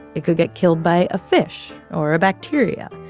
it could get killed by a fish or a bacteria.